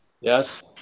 Yes